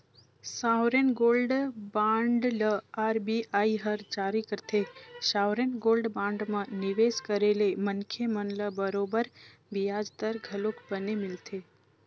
sovereign gold bond ल RBI हर जारी करथे, सॉवरेन गोल्ड बांड म निवेस करे ले मनखे मन ल बरोबर बियाज दर घलोक बने मिलथे